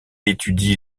étudie